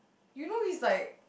you know he's like